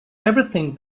everything